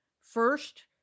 First